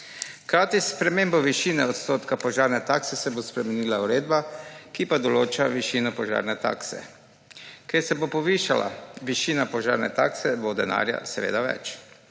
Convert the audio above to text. Hkrati s spremembo višine odstotka požarne takse se bo spremenila uredba, ki pa določa višino požarne takse. Ker se bo povišala višina požarne takse, bo denarja seveda več.